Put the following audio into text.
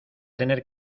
tener